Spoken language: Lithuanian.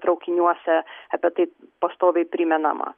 traukiniuose apie tai pastoviai primenama